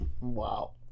Wow